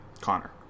Connor